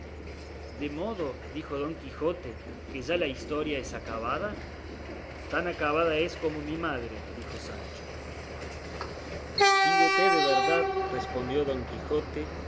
de modo dijo don quijote que ya la historia es acabada tan acabada es como mi madre dijo sancho dígote de verdad respondió don quijote